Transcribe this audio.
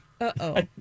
Uh-oh